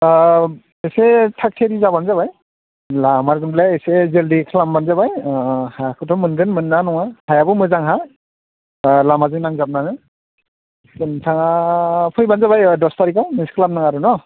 एसे थागथियारि जाब्लानो जाबाय लामारगोनब्ला एसे जोलदि खालामब्लानो जाबाय हाखौथ' मोनगोन मोना नङा हायाबो मोजां हा लामाजों नांजाबनायानो नोंथाङा फैब्लानो जाबाय दस थारिखआव मिस खालामनो नाङा आरो न